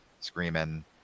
screaming